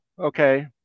Okay